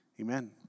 Amen